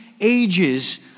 ages